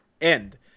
end